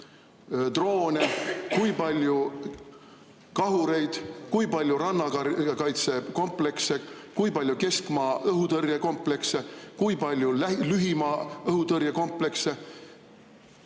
droone, kui palju kahureid, kui palju rannakaitsekomplekse, kui palju keskmaa õhutõrje komplekse, kui palju lühimaa õhutõrje komplekse?